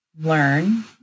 learn